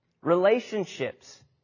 Relationships